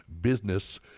business